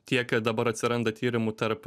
tiek dabar atsiranda tyrimų tarp